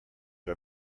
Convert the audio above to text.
are